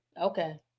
Okay